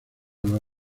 los